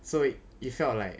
so it it felt like